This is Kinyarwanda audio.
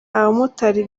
abamotari